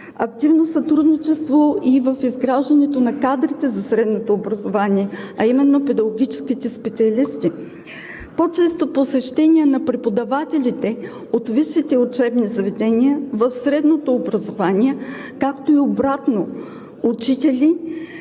Активно сътрудничество и в изграждането на кадрите за средното образование, а именно педагогическите специалисти. - По-чести посещения на преподавателите от висшите учебни заведения в средното образование, както и обратно – учители,